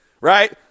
right